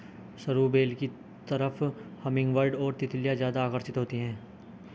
सरू बेल की तरफ हमिंगबर्ड और तितलियां ज्यादा आकर्षित होती हैं